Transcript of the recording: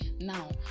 Now